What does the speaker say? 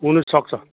हुन चाहिँ सक्छ